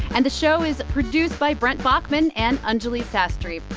and the show is produced by brent baughman and anjuli sastry.